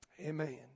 amen